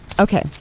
Okay